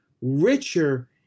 richer